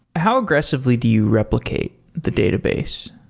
how aggressively do you replicate the database?